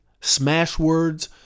Smashwords